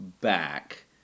back